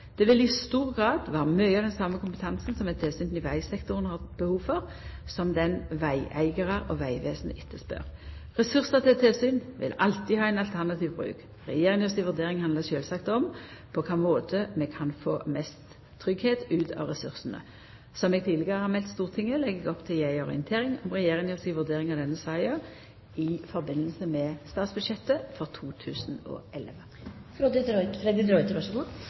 Det vil i stor grad vera mykje av den same kompetansen som eit tilsyn i vegsektoren har behov for, som den vegeigarar og Vegvesenet etterspør. Ressursar til eit tilsyn vil alltid ha ein alternativ bruk. Regjeringa si vurdering handlar sjølvsagt om på kva måte vi kan få mest tryggleik ut av ressursane. Som eg tidlegare har meldt til Stortinget, legg eg opp til å gje ei orientering om regjeringa si vurdering av denne saka i samband med statsbudsjettet for 2011.